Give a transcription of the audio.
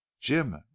jim